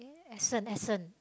essence essence